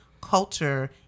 culture